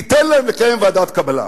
ניתן להם לקיים ועדת קבלה.